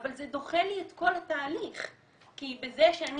אבל זה דוחה לי את כל התהליך כי בזה שאני